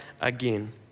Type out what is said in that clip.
again